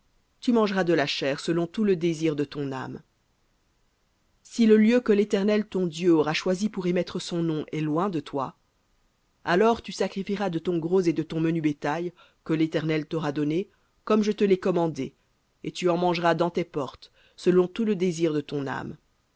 tu mangeras de la chair selon tout le désir de ton âme si le lieu que l'éternel ton dieu aura choisi pour y mettre son nom est loin de toi alors tu sacrifieras de ton gros et de ton menu bétail que l'éternel t'aura donné comme je te l'ai commandé et tu en mangeras dans tes portes selon tout le désir de ton âme